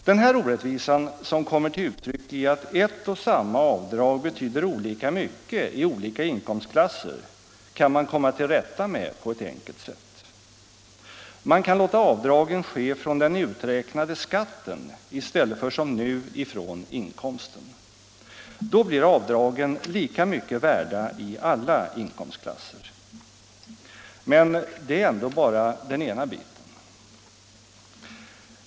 Den här orättvisan — att ett och samma avdrag betyder olika mycket i olika inkomstklasser — kan man komma till rätta med på ett enkelt sätt. Man kan låta avdragen ske från den uträknade skatten i stället för som nu från inkomsten. Då blir avdragen lika mycket värda i alla inkomstklasser. Men det är ändå bara den ena biten.